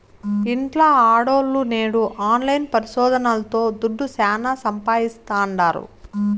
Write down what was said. ఇంట్ల ఆడోల్లు నేడు ఆన్లైన్ పరిశోదనల్తో దుడ్డు శానా సంపాయిస్తాండారు